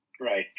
Right